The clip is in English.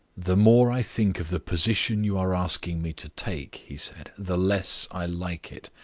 the more i think of the position you are asking me to take, he said, the less i like it.